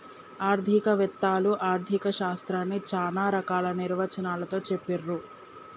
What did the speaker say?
ఆర్థిక వేత్తలు ఆర్ధిక శాస్త్రాన్ని చానా రకాల నిర్వచనాలతో చెప్పిర్రు